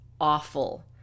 awful